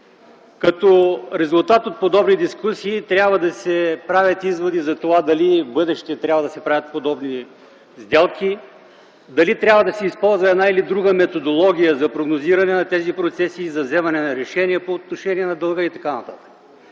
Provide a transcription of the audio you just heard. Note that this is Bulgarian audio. като резултат от подобни дискусии трябва да се правят изводи дали в бъдеще трябва да се правят подобни сделки, дали трябва да се използва една или друга методология за прогнозиране на тези процеси, за вземане на решения по отношение на дълга и т.н.